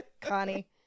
Connie